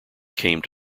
came